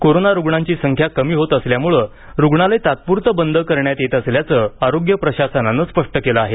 corona रुग्णांची संख्या कमी होत असल्यानं रुग्णालय तात्पुरतं बंद करण्यात येत असल्याचं आरोग्य प्रशासनानं स्पष्ट केलं आहे